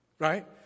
Right